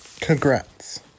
Congrats